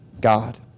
God